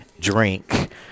drink